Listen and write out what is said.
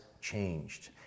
changed